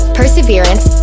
perseverance